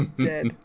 dead